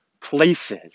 places